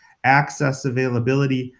access, availability,